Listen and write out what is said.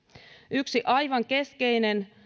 yksi aivan keskeinen